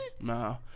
Nah